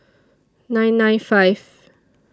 nine nine five